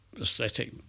aesthetic